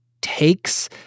takes